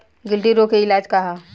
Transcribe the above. गिल्टी रोग के इलाज का ह?